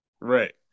Right